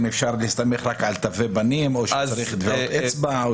אם אפשר להסתמך רק על תווי פנים או שצריך טביעת אצבע?